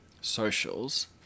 socials